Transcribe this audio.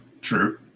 True